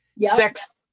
sex